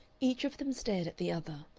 each of them stared at the other,